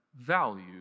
value